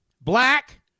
black